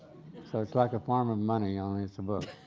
so it's like a form of money, only it's a book.